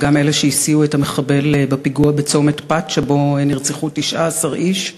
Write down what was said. וגם אלה שהסיעו את המחבל בפיגוע בצומת פת שבו נרצחו 19 איש.